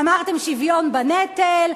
אמרתם: שוויון בנטל,